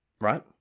right